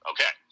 Okay